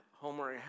homework